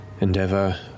endeavor